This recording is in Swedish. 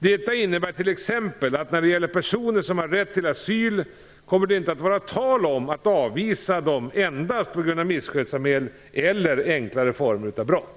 Det innebär t.ex. att när det gäller personer som har rätt till asyl kommer det inte att vara tal om att avvisa dem endast på grund av misskötsamhet eller enklare former av brott.